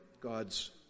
God's